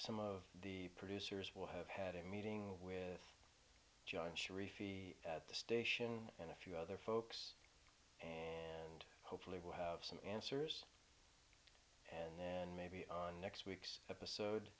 some of the producers will have had a meeting with john sharifi at the station and a few other folks and hopefully we'll have some answers and then maybe our next week's episode